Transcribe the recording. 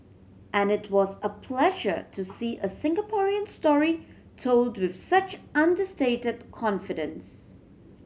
and it was a pleasure to see a Singaporean story told with such understated confidence